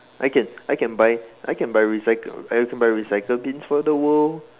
I can I can buy I can buy recycled I can buy recycle bins for the world